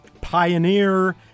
pioneer